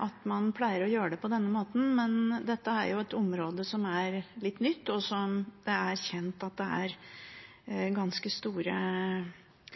at man pleier å gjøre det på den måten, men dette er jo et område som er litt nytt, og som det er kjent at det er ganske store